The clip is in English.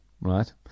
right